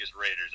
Raiders